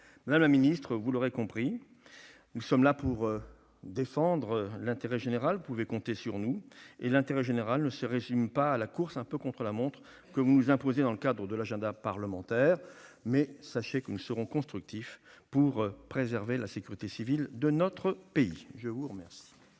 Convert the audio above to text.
Madame la ministre, vous l'aurez compris, nous sommes là pour défendre l'intérêt général. Vous pouvez compter sur nous. Or l'intérêt général ne se résume pas à la course contre la montre que vous nous imposez dans le cadre de l'agenda parlementaire. Sachez néanmoins que nous serons constructifs afin de préserver la sécurité civile de notre pays. La parole